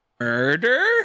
murder